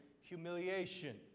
humiliation